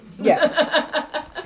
Yes